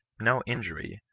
no injury,